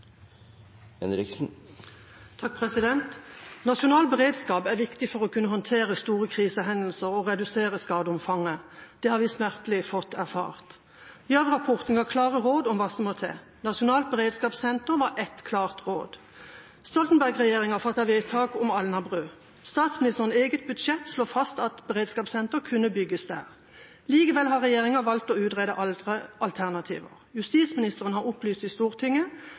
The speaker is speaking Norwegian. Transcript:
viktig for å kunne håndtere store krisehendelser og redusere skadeomfanget. Det har vi smertelig fått erfare. Gjørv-rapporten ga klare råd om hva som må til. Et nasjonalt beredskapssenter var ett klart råd. Stoltenberg-regjeringa fattet vedtak om Alnabru. Statsministerens eget budsjett slo fast at et beredskapssenter kunne bygges der. Likevel har regjeringa valgt å utrede andre alternativer. Justisministeren har opplyst i Stortinget